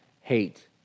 hate